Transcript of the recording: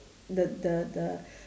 the the the